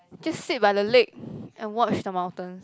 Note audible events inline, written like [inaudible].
just sit by the lake [breath] and watch the mountains